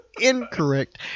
incorrect